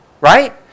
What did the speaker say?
right